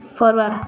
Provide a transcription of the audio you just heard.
forward